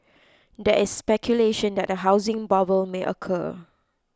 there is speculation that a housing bubble may occur